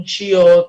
רגשיות,